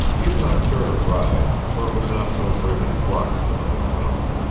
he did not care to ride, for it was not so very many blocks to the hotel,